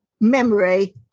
memory